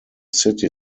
city